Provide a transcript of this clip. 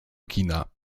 kina